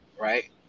right